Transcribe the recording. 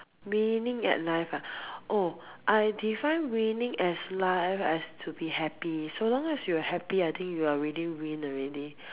winning at life ah oh I define winning at life as to be happy so long as you are happy I think you already win already